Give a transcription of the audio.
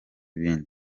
ibindi